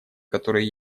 которые